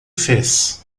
fez